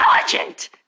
intelligent